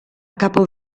capo